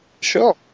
sure